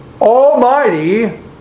almighty